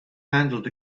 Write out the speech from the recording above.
handled